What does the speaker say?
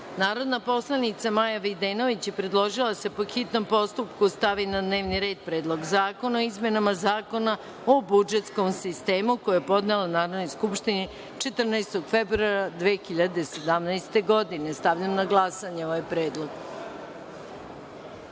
predlog. Narodna poslanica Maja Videnović je predložila da se po hitnom postupku stavi na dnevni red Predlog zakona o izmenama Zakona o budžetskom sistemu, koji je podnela Narodnoj skupštini 14. februara 2017. godine. Stavljam na glasanje ovaj predlog. Molim